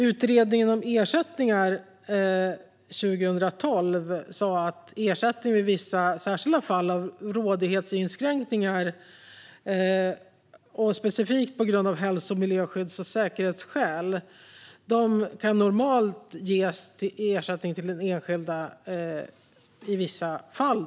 Utredningen om ersättningar 2012 tittade på ersättningar vid vissa särskilda fall av rådighetsinskränkningar. Det gällde specifikt på grund av hälsoskydds-, miljöskydds och säkerhetsskäl. Ersättning kan då normalt ges till enskilda endast i vissa fall.